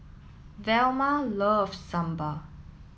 Velma loves Sambar